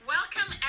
Welcome